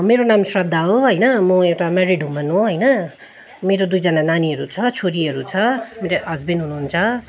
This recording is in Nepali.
मेरो नाम श्रद्धा हो होइन म एउटा म्यारिड वुमन हो होइन मेरो दुईजना नानीहरू छ छोरीहरू छ मेरो हस्बेन्ड हुनुहुन्छ